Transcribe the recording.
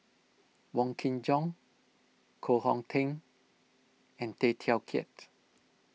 Wong Kin Jong Koh Hong Teng and Tay Teow Kiat